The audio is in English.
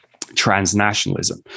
transnationalism